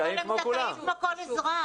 אבל הם זכאים כמו כל אזרח.